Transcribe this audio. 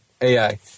AI